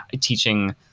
teaching